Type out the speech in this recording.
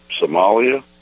Somalia